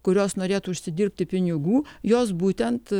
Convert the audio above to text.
kurios norėtų užsidirbti pinigų jos būtent